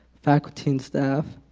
faculty and staff.